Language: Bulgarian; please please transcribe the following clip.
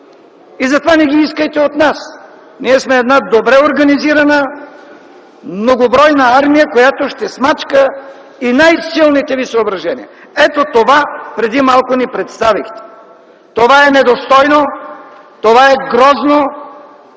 и затова не ги искайте от нас. Ние сме една добре организирана многобройна армия, която ще смачка и най-силните ви съображения. Ето това преди малко ни представихте. Това е недостойно, това е грозно.